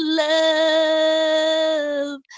love